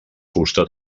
fusta